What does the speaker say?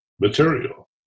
material